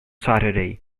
saturday